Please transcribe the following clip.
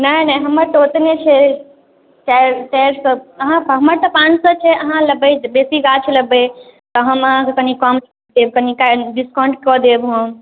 नहि नहि हमर तऽ ओतने छै चारि चारि सओ अहाँ तऽ हमर तऽ पाँच सओ छै अहाँ लेबै तऽ बेसी गाछ लेबै तऽ हम अहाँके कनि कम देब कनि डिस्काउण्ट कऽ देब हम